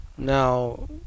now